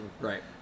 Right